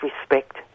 respect